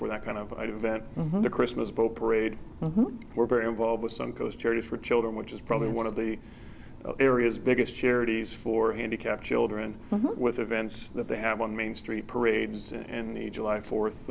for that kind of vent on the christmas boat parade we're very involved with some close charities for children which is probably one of the areas biggest charities for handicapped children with events that they have on main street parades and the july fourth